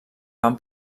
van